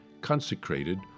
consecrated